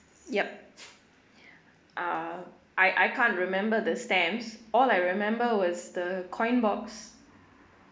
yup uh I I can't remember the stamps all I remember was the coin box